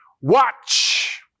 Watch